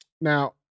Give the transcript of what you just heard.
now